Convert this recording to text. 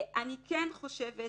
אני כן חושבת